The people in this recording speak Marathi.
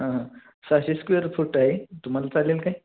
हां हां सहाशे स्क्वेअर फूट आहे तुम्हाला चालेल काय